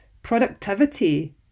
Productivity